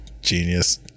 genius